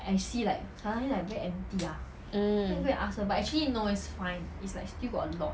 mm